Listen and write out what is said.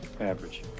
average